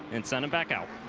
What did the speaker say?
and send it back out.